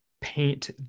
paint